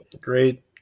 Great